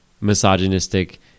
misogynistic